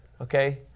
okay